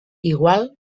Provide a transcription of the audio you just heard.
igual